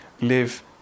live